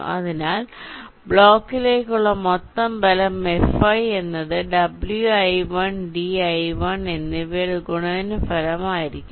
അതിനാൽ ബ്ലോക്കിലേക്കുള്ള മൊത്തം ബലം Fi എന്നത് wi1 di1 എന്നിവയുടെ ഗുണന ഫലം ആയിരിക്കും